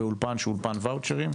באולפן שהוא אולפן ואוצ'רים.